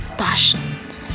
passions